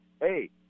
Hey